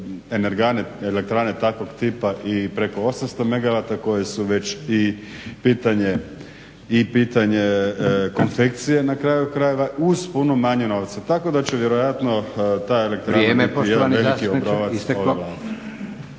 postoje elektrane takvog tipa i preko 800 MW koje su već i pitanje konfekcije na kraju krajeve uz puno manje novca. Tako da će vjerojatno … /Govornici govore